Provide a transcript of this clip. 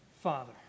Father